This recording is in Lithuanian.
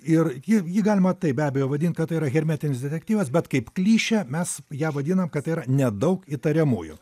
ir ji jį galima taip be abejo vadint kad tai yra hermetinis detektyvas bet kaip klišė mes ją vadinam kad tai yra nedaug įtariamųjų